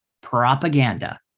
Propaganda